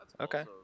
Okay